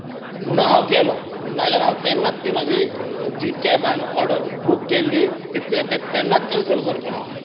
म्हुणू हांव गेलों नाल्यार हांव तेन्नाच ती म्हजी जी कॅब हांवें ऑड बूक केल्ली ती ते तेन्नाच कॅन्सल करतलो आसलो